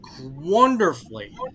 wonderfully